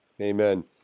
Amen